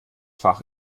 fach